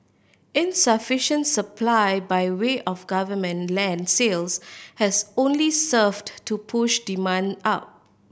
insufficient supply by way of government land sales has only served to push demand up